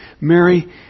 Mary